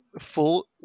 full